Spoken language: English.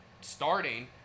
starting